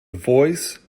voice